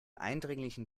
eindringlichen